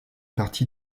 partie